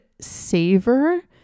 savor